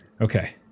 Okay